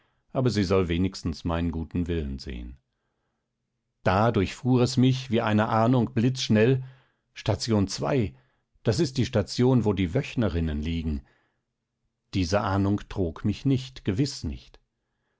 aber sie soll wenigstens meinen guten willen sehen da durchfuhr es mich wie eine ahnung blitzschnell station das ist die station wo die wöchnerinnen liegen diese ahnung trog mich nicht gewiß nicht